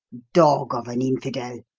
dog of an infidel!